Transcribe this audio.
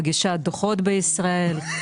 מגישה דוחות בישראל,